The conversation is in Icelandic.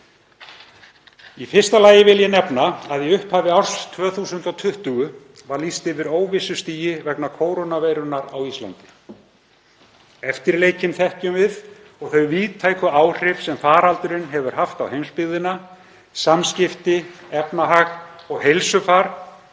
Í fyrsta lagi vil ég nefna að í upphafi árs 2020 var lýst yfir óvissustigi vegna kórónuveirunnar á Íslandi. Eftirleikinn þekkjum við og þau víðtæku áhrif sem faraldurinn hefur haft á heimsbyggðina, samskipti, efnahag og heilsufar